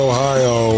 Ohio